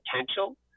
potential